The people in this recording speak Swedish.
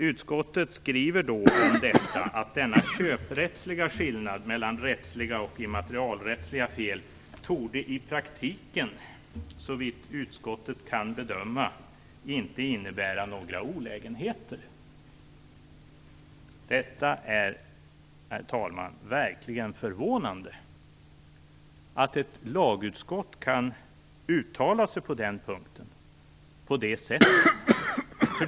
Utskottet skriver om detta att denna köprättsliga skillnad mellan rättsliga och immaterialrättsliga fel i praktiken, såvitt utskottet kan bedöma, inte torde innebära några olägenheter. Det är, herr talman, verkligen förvånande att ett lagutskott kan uttala sig på den punkten på det sättet.